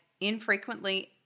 infrequently